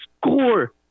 Score